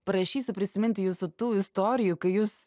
prašysiu prisiminti jūsų tų istorijų kai jūs